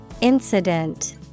Incident